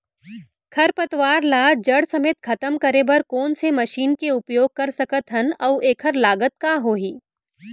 खरपतवार ला जड़ समेत खतम करे बर कोन से मशीन के उपयोग कर सकत हन अऊ एखर लागत का होही?